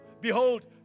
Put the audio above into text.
Behold